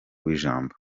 w’ijambo